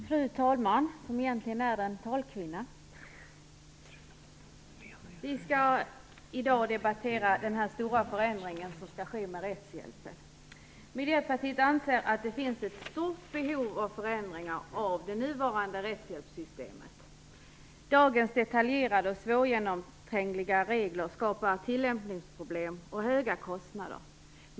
Fru talman - som egentligen är en talkvinna! Vi skall i dag debattera den stora förändring av rättshjälpen som kommer att ske. Miljöpartiet anser att det finns ett stort behov av förändringar i det nuvarande rättshjälpssystemet. Dagens detaljerade och svårgenomträngliga regler skapar tillämpningsproblem och höga kostnader.